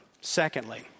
Secondly